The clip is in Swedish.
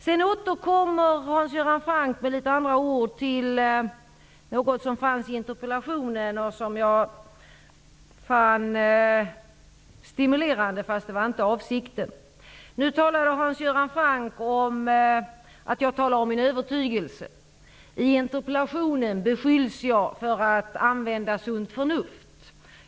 Sedan återkom Hans Göran Franck med litet andra ord till något som stod i interpellationen och som jag fann stimulerande, trots att detta inte var avsikten. Nu talade Hans Göran Franck om att jag talar om en övertygelse. I interpellationen beskylls jag för att använda sunt förnuft.